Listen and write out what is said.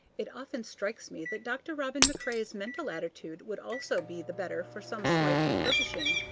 it often strikes me that dr. robin macrae's mental attitude would also be the better for some slight refurbishing.